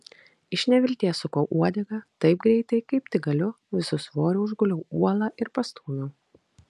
iš nevilties sukau uodegą taip greitai kaip tik galiu visu svoriu užguliau uolą ir pastūmiau